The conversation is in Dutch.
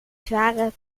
zware